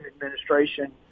administration